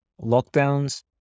Lockdowns